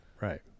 right